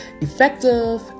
effective